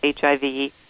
HIV